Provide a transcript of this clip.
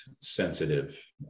sensitive